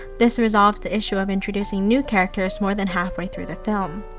this resolves the issue of introducing new characters more than halfway through the film.